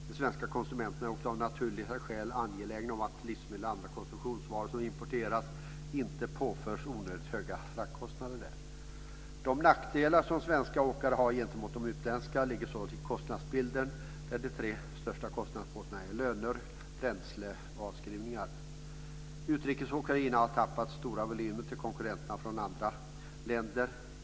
De svenska konsumenterna är också av naturliga skäl angelägna om att livsmedel och andra konsumtionsvaror som importeras inte påförs onödigt höga fraktkostnader. De nackdelar som svenska åkare har gentemot de utländska ligger således i kostnadsbilden, där de tre största kostnadsposterna är löner, bränsle och avskrivningar. Utrikesåkerierna har tappat stora volymer till konkurrenterna från andra länder.